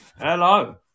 Hello